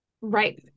right